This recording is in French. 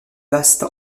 vaste